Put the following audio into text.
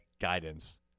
guidance